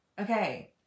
okay